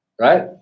Right